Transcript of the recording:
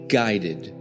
guided